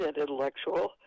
intellectual